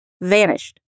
vanished